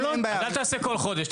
משכנתה יהיה --- אז אל תעשה כל חודש,